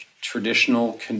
traditional